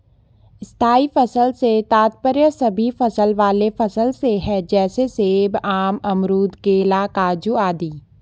स्थायी फसल से तात्पर्य सभी फल वाले फसल से है जैसे सेब, आम, अमरूद, केला, काजू आदि